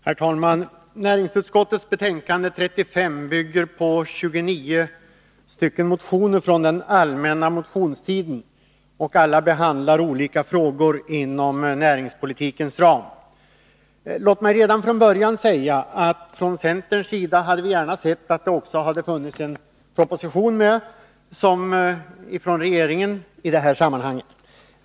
Herr talman! Näringsutskottets betänkande 35 bygger på 29 motioner från den allmänna motionstiden, som alla behandlar olika frågor inom näringspolitikens ram. Låt mig redan från början säga att vi från centerns sida gärna hade sett att det i detta sammanhang också funnits med en proposition från regeringen.